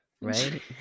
Right